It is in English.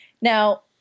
Now